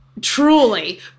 truly